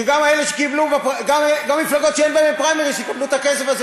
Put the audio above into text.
שגם מפלגות שאין בהן פריימריז יקבלו את הכסף הזה,